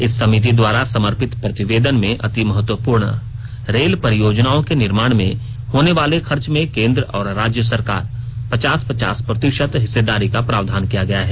इस समिति द्वारा समर्पित प्रतिवेदन में अति महत्वपूर्ण रेल परियोजनाओं के निर्माण में होनेवाले खर्च में केन्द्र और राज्य की पचास पचास प्रतिशत हिस्सेदारी का प्रावधान किया गया है